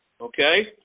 okay